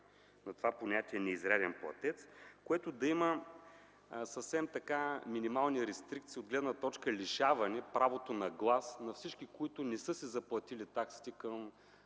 на понятието „неизряден платетец”, което да има съвсем минимални рестрикции от гледна точка лишаване от правото на глас на всички, които не са си заплатили таксите към